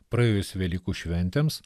praėjus velykų šventėms